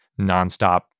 nonstop